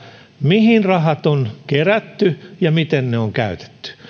mihin rahat on kerätty ja miten ne on